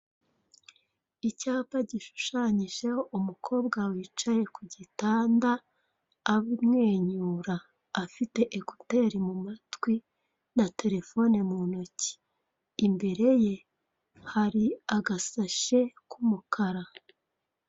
Icyapa gishushanyijeho umukobwa wicaye ku gitanda amwenyura afite ekuteri mu matwi na terefone mu ntoki, imbere ye hari agasashe k'umukara.